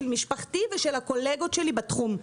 של משפחתי ושל הקולגות שלי בתחום.